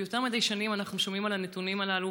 ויותר מדי שנים אנחנו שומעים את הנתונים הללו